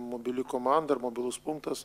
mobili komanda ir mobilus punktas